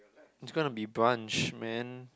it's gonna be brunch man